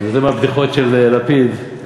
זה מהבדיחות של לפיד.